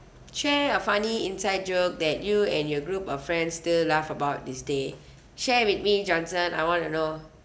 share a funny inside joke that you and your group of friends still laugh about this day share with me johnson I want to know